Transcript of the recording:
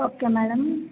okay madam